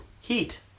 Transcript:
Heat